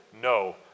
No